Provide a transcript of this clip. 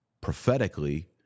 prophetically